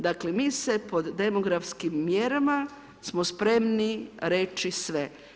Dakle, mi se po demografskim mjerama smo spremni reći sve.